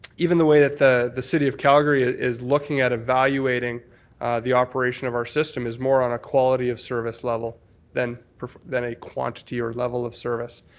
even the way the the city of calgary ah is looking at evaluating the operation of our system is more on a quality of service level than than a quantity or level of service,